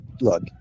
Look